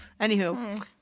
Anywho